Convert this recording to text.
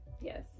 yes